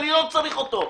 אני לא צריך אותו.